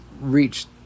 reached